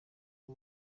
bwo